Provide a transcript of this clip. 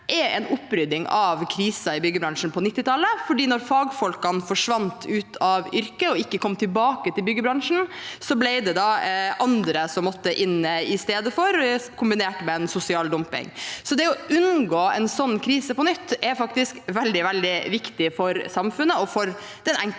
er en opprydding i krisen i byggebransjen på 1990-tallet. Da fagfolkene forsvant ut av yrket og ikke kom tilbake til byggebransjen, ble det andre som måtte inn i stedet, kombinert med sosial dumping. Så å unngå en sånn krise på nytt er faktisk veldig, veldig viktig for samfunnet og for den enkelte.